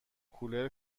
کولر